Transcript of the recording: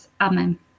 Amen